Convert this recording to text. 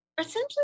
essentially